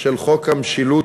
של חוק המשילות,